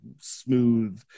smooth